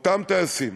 אותם טייסים,